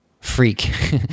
freak